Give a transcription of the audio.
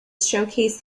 showcase